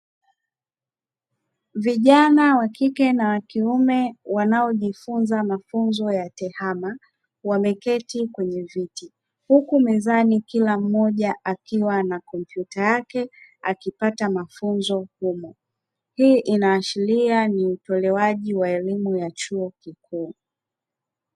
Vijana wa kike na wa kiume wanaojifunza mafunzo ya tehama wameketi kwenye viti, huku mezani kila mmoja akiwa na komyuta yake akipata mafunzo humo, hii inaashiria ni utolewaji wa elimu ya chuo kikuu.